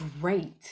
great